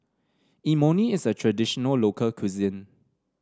Imoni is a traditional local cuisine